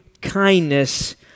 kindness